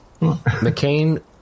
McCain